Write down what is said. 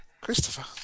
christopher